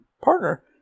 Partner